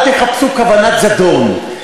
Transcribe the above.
אל תחפשו כוונת זדון.